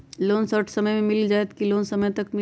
Loan short समय मे मिल जाएत कि लोन समय तक मिली?